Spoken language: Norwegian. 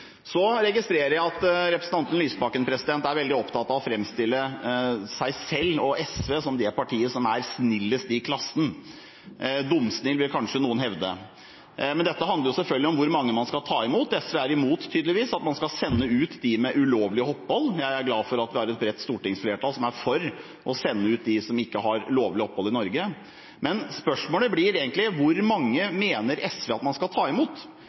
Så registrerer jeg at representanten Lysbakken er veldig opptatt av å framstille seg selv og SV som det partiet som er snillest i klassen – dumsnilt, vil noen kanskje hevde. Men dette handler selvfølgelig om hvor mange man skal ta imot. SV er imot, tydeligvis, at man skal sende ut dem med ulovlig opphold – jeg er glad for at det er et bredt stortingsflertall som er for å sende ut dem som ikke har lovlig opphold i Norge. Men spørsmålet blir egentlig: Hvor mange mener SV man skal ta imot?